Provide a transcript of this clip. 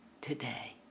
today